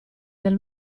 del